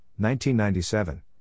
1997